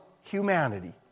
humanity